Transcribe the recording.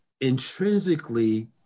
intrinsically